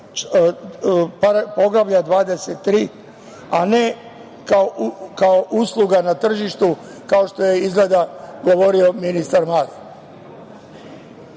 Poglavlje 23, a ne kao usluga na tržištu, kao što je izgleda govorio Siniša Mali. Ono